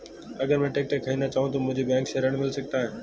अगर मैं ट्रैक्टर खरीदना चाहूं तो मुझे बैंक से ऋण मिल सकता है?